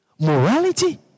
morality